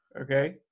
Okay